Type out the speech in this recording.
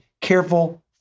careful